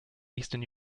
eastern